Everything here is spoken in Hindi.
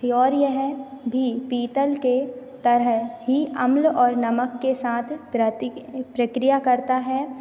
प्योर यह है भी पीतल के तरह ही अम्ल और नमक के साथ प्रक्रिया करता है